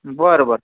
बरं बरं